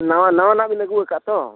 ᱱᱟᱣᱟ ᱱᱟᱣᱟᱱᱟᱜ ᱵᱮᱱ ᱟᱹᱜᱩ ᱠᱟᱜᱼᱟ ᱛᱚ